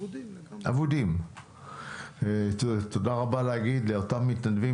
זה הזמן להגיד תודה רבה לאותם מתנדבים